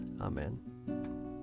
amen